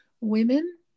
women